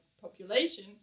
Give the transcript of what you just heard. population